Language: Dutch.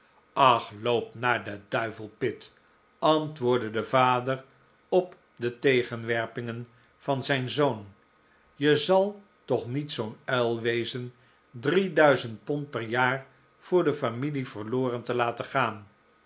naar den duivel pitt antwoordde de vader op de tegenwerpingen van zijn zoon je zal toch niet zoo'n uil wezen drie duizend pond per jaar voor de familie verloren te laten gaan